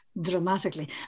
dramatically